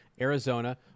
Arizona